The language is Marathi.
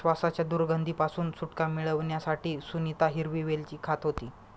श्वासाच्या दुर्गंधी पासून सुटका मिळवण्यासाठी सुनीता हिरवी वेलची खात होती